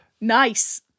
Nice